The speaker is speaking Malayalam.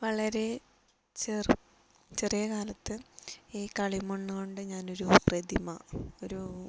വളരെ ചെറു ചെറിയ കാലത്ത് ഈ കളിമണ്ണ് കൊണ്ട് ഞാൻ ഒരു പ്രതിമ ഒരു